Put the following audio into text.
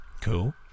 Cool